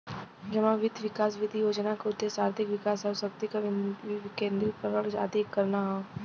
जमा वित्त विकास निधि योजना क उद्देश्य आर्थिक विकास आउर शक्ति क विकेन्द्रीकरण आदि करना हौ